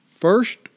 First